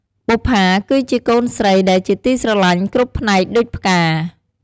បុប្ជា គឺជាកូនស្រីដែលជាទីស្រឡាញ់គ្រប់ផ្នែកដូចផ្កា។